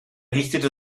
richtete